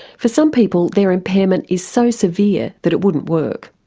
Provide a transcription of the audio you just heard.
for some people their impairment is so severe that it wouldn't work,